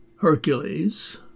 Hercules